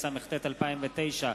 התשס"ט 2009,